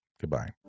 Goodbye